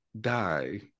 die